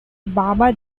baba